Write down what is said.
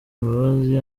imbabazi